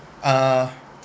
uh